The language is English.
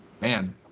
Man